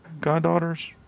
goddaughters